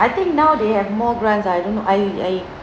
I think now they have more grants I don't know I I